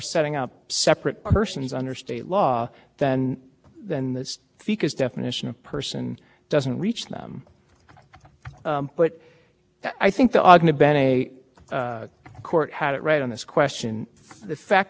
separate legal persons to engage in this to vittie does not mean that the the purpose isn't being further in some sense and and again that the corporate ban that they don't have that same opportunity